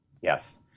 Yes